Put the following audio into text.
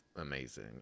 amazing